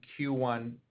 Q1